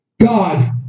God